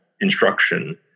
instruction